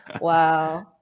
Wow